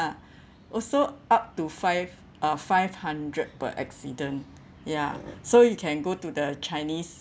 also up to five uh five hundred per accident ya so you can go to the chinese